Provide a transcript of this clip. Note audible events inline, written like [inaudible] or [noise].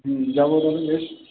হুম যাব কখন [unintelligible]